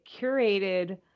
curated